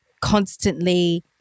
constantly